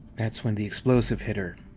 that's when the explosive hit her.